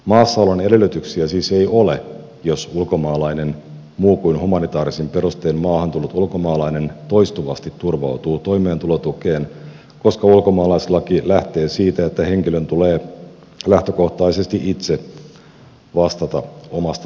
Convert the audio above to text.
maassaolon edellytyksiä siis ei ole jos muin kuin humanitaarisin perustein maahan tullut ulkomaalainen toistuvasti turvautuu toimeentulotukeen koska ulkomaalaislaki lähtee siitä että henkilön tulee lähtökohtaisesti itse vastata omasta toimeentulostaan